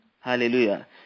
hallelujah